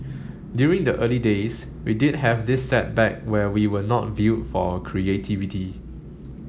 during the early days we did have this setback where we were not viewed for our creativity